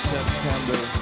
September